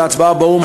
של ההצבעה באו"ם,